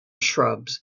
shrubs